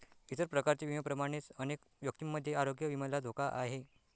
इतर प्रकारच्या विम्यांप्रमाणेच अनेक व्यक्तींमध्ये आरोग्य विम्याला धोका आहे